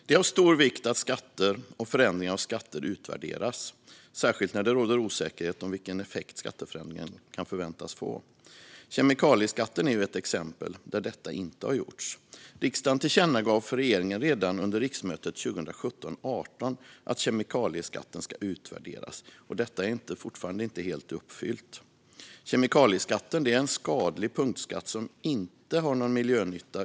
Det är av stor vikt att skatter och förändringar av skatter utvärderas, särskilt när det råder osäkerhet om vilken effekt skatteförändringen kan förväntas få. Kemikalieskatten är ett exempel där detta inte gjorts. Riksdagen tillkännagav för regeringen redan under riksmötet 2017/18 att kemikalieskatten ska utvärderas. Detta är fortfarande inte helt uppfyllt. Kemikalieskatten är en skadlig punktskatt som inte har någon miljönytta.